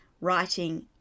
writing